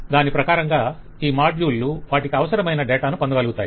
దాని ప్రకారంగా ఈ మాడ్యుల్ లు వాటికి అవసరమైన డేటా ను పొందగలుగుతాయి